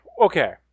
Okay